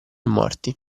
morti